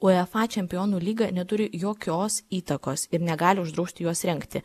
uefa čempionų lyga neturi jokios įtakos ir negali uždrausti juos rengti